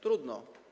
Trudno.